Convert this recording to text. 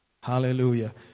Hallelujah